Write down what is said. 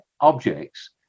objects